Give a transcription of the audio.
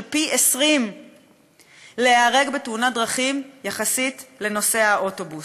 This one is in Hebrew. פי 20 להיהרג בתאונת דרכים יחסית לנוסע האוטובוס.